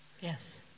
Yes